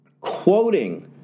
quoting